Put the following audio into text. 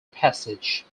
passage